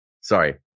Sorry